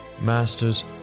Masters